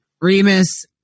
Remus